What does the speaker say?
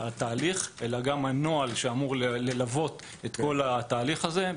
אלא היא נוגעת גם לנוהל שאמור ללוות את כל התהליך הזה.